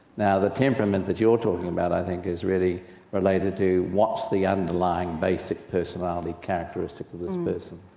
now the temperament that you're talking about i think is really related to what's the underlying basic personality characteristic of this person.